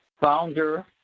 founder